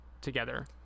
Together